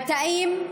התאים,